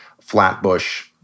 Flatbush